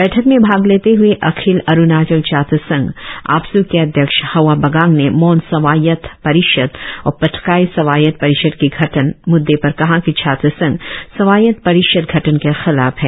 बैठक में भाग लेते हए अखिल भारतीय अरुणाचल छात्र संघ आपस् के अध्यक्ष हवा बागांग ने मोन स्वायत्त परिषद और पटकाई स्वायत्त परिषद की गठन मुद्दे पर कहा कि छात्र संघ स्वायत्त परिषद गठन के खिलाफ है